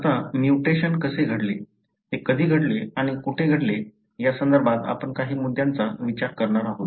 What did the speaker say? आता म्युटेशन कसे घडले ते कधी घडले आणि कोठे घडले यासंदर्भात आपण काही मुद्द्यांचा विचार करणार आहोत